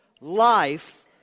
life